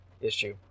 issue